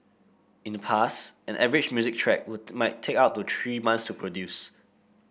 in the past an average music track would might take up to three months to produce